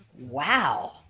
Wow